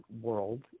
world